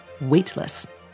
weightless